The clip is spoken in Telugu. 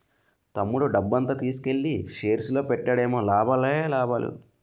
తమ్ముడు డబ్బంతా తీసుకెల్లి షేర్స్ లో పెట్టాడేమో లాభాలే లాభాలు